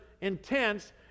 intense